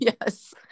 Yes